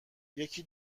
یکی